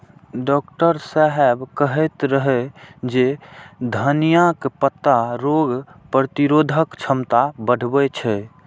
doctor साहेब कहैत रहै जे धनियाक पत्ता रोग प्रतिरोधक क्षमता बढ़बै छै